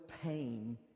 pain